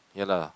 ya lah